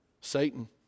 Satan